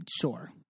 Sure